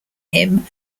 him